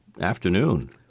afternoon